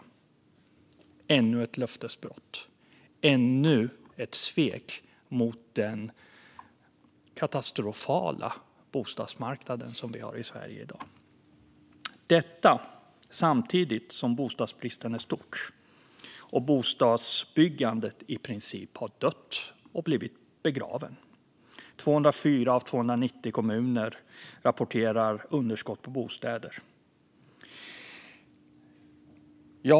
Det blev ännu ett löftesbrott och ännu ett svek mot den katastrofala bostadsmarknad som vi har i Sverige i dag. Detta skedde samtidigt som bostadsbristen var stor och bostadsbyggandet i princip har dött och blivit begravet: 204 av 290 kommuner rapporterar underskott på bostäder.